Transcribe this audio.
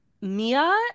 mia